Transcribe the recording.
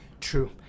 true